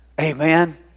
Amen